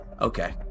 Okay